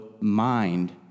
mind